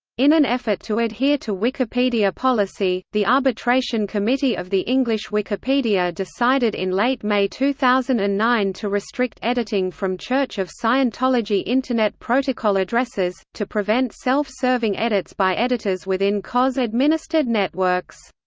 in an effort to adhere to wikipedia policy, the arbitration committee of the english wikipedia decided in late-may two thousand and nine to restrict editing from church of scientology internet protocol addresses, to prevent self-serving edits by editors within cos-administered networks.